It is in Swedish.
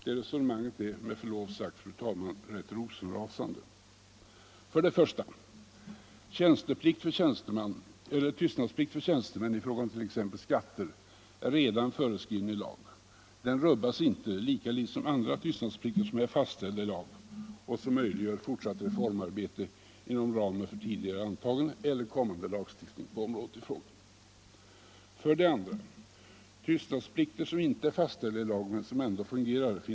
Det resonemanget är, med förlov sagt, rosenrasande. För det första är tystnadsplikt för tjänsteman, t.ex. i fråga om skatter, redan föreskriven i lag. Den rubbas inte, lika litet som andra tystnadsplikter fastställda i lag som möjliggör fortsatt reformarbete inom ramen för tidigare antagen eller kommande lagstiftning på området i fråga. För det andra finns det många tystnadsplikter som inte är fastställda i lag men som ändå fungerar.